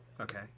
Okay